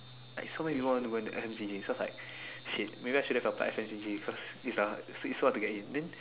like so many people want to go into S_M_T_G so it's like shit maybe I should just apply S_M_T_G because is a is hard to get in then